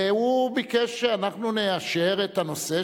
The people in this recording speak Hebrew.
והוא ביקש שאנחנו נאשר את הנושא,